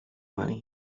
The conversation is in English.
money